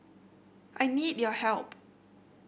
I need your help